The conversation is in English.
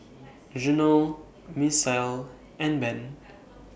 Reginal Misael and Ben